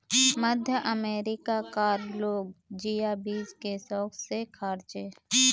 मध्य अमेरिका कार लोग जिया बीज के शौक से खार्चे